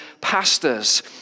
pastors